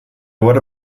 wurde